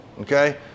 Okay